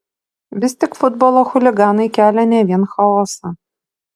vis tik futbolo chuliganai kelia ne vien chaosą